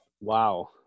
Wow